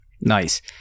Nice